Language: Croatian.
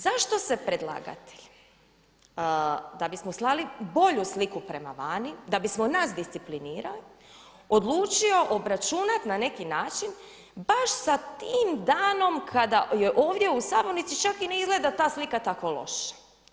Zašto se predlagatelj, da bismo slali bolju sliku prema vani, da bismo nas disciplinirali, odlučio obračunati na neki način baš sa tim danom kada je ovdje u sabornici, čak i ne izgleda ta slika tako loša?